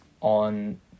on